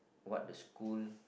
what the school